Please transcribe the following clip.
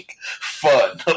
fun